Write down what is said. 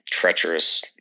treacherous